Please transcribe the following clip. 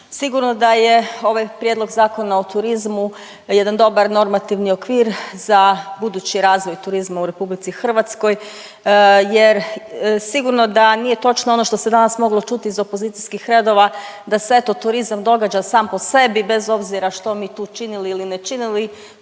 Sigurno da je ovaj prijedlog zakona o turizmu jedan dobar normativni okvir za budući razvoj turizma u RH jer sigurno da nije točno ono što se danas moglo čuti iz opozicijskih redova da se, eto, turizam događa sam po sebi, bez obzira što mi tu činili ili ne činili,